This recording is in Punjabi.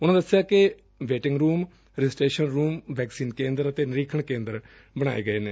ਉਨੂਾ ਦਸਿਆ ਕਿ waiting room registration room vaccine ਕੇਦਰ ਅਤੇ ਨਿਰੀਖਣ ਕੇਦਰ ਬਣਾ ਲਏ ਗਏ ਨੇ